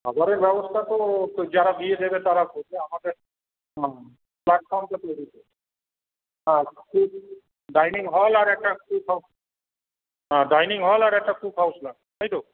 খাবারের ব্যবস্থা তো তো যারা বিয়ে দেবে তারা করবে আমাদের প্ল্যাটফর্মটা তৈরি করব হ্যাঁ ঠিক ডাইনিং হল আর একটা কুক হাউজ হ্যাঁ ডাইনিং হল আর একটা কুক হাউজ লাগবে তাই তো